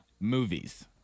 movies